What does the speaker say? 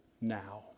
now